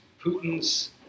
Putin's